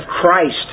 Christ